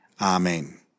Amen